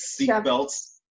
seatbelts